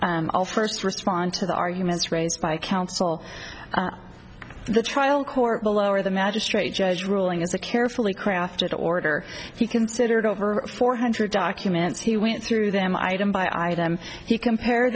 i'll first respond to the arguments raised by counsel the trial court below or the magistrate judge ruling is a carefully crafted order if you considered over four hundred documents he went through them item by item he compare